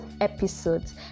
episodes